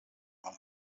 while